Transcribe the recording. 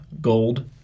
Gold